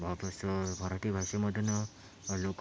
वापस मराठी भाषेमधून लोकं